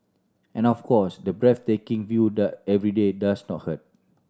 and of course the breathtaking viewed every day does not hurt